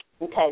Okay